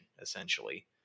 essentially